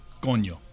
Coño